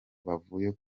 abavuye